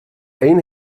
ene